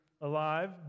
alive